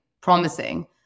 promising